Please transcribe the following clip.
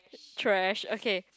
trash okay